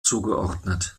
zugeordnet